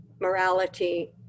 morality